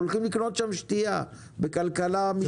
הולכים לקנות שם שתייה בכלכלה משנית.